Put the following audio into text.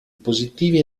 positivi